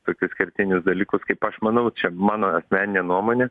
tokius kertinius dalykus kaip aš manau čia mano asmeninė nuomonė